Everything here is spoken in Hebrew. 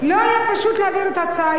שלא היה פשוט להעביר את ההצעה.